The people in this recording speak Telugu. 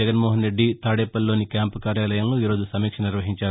జగన్మోహన్ రెడ్డి తాడేపల్లిలోని క్యాంపు కార్యాలయంలో ఈ రోజు సమీక్ష నిర్వహించారు